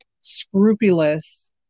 scrupulous